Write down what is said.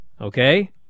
okay